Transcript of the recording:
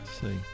See